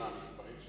שמע, המספרים של